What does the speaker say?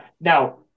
now